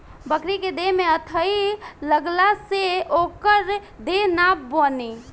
बकरी के देह में अठइ लगला से ओकर देह ना बने